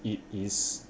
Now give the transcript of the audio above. it is